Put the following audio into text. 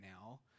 now